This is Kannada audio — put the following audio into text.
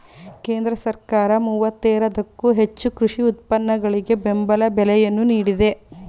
ಕೇಂದ್ರ ಸರ್ಕಾರ ಮೂವತ್ತೇರದಕ್ಕೋ ಹೆಚ್ಚು ಕೃಷಿ ಉತ್ಪನ್ನಗಳಿಗೆ ಬೆಂಬಲ ಬೆಲೆಯನ್ನು ನೀಡಿದೆ